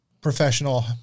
professional